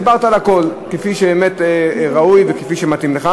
דיברת על הכול, כפי שראוי וכפי שמתאים לך.